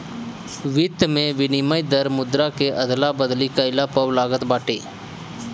वित्त में विनिमय दर मुद्रा के अदला बदली कईला पअ लागत बाटे